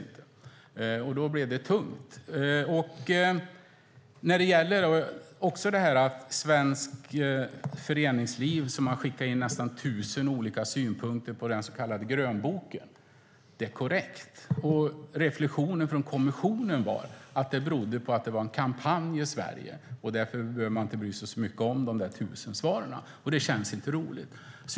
Då blev det tungt. Att svenskt föreningsliv har skickat in nästan 1 000 olika synpunkter på grönboken är korrekt. Reflexionen från kommissionen var att det berodde på att det var en kampanj i Sverige och att man därför inte behövde bry sig så mycket om de 1 000 svaren. Det känns inte roligt.